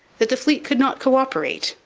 that the fleet could not co-operate,